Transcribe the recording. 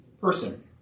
person